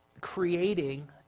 creating